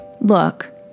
Look